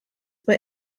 were